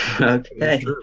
Okay